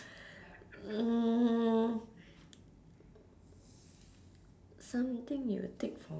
mm something you would take for